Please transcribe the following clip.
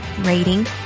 rating